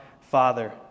Father